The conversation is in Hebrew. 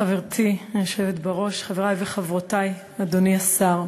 חברתי היושבת בראש, חברי וחברותי, אדוני השר,